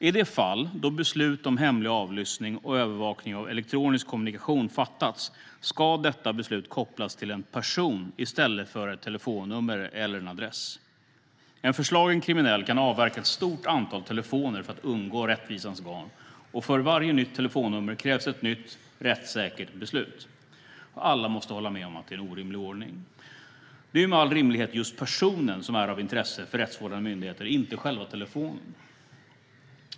I de fall då beslut om hemlig avlyssning och övervakning av elektronisk kommunikation fattats ska detta beslut kopplas till en person i stället för till ett telefonnummer eller en adress. En förslagen kriminell kan avverka ett stort antal telefoner för att undgå rättvisans garn, och för varje nytt telefonnummer krävs ett nytt rättssäkert beslut. Alla måste hålla med om att detta är en orimlig ordning. Det är ju med all rimlighet just personen som är av intresse för rättsvårdande myndigheter, inte själva telefonen.